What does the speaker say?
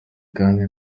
kandi